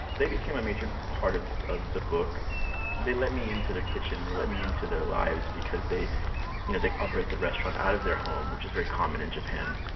they became a major part of of the book they let me into their kitchen. they let me into their lives. they you know they operate the restaurant out of their home, which is very common in japan.